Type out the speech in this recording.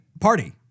party